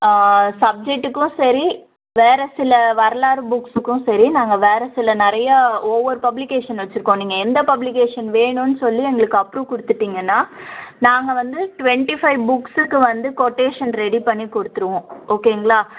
சப்ஜெக்ட்டுக்கும் சரி வேறு சில வரலாறு புக்ஸுக்கும் சரி நாங்கள் வேறு சில நிறையா ஒவ்வொரு பப்ளிகேஷன் வச்சுருக்கோம் நீங்கள் எந்த பப்ளிகேஷன் வேணும்னு சொல்லி எங்களுக்கு அப்ரூவ் கொடுத்துட்டிங்கனா நாங்கள் வந்து டுவென்டி ஃபைவ் புக்ஸுக்கு வந்து கொட்டேஷன் ரெடி பண்ணி கொடுத்துருவோம் ஓகேங்களா